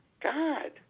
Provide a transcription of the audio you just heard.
God